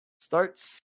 starts